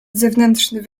zewnętrzny